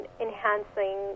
enhancing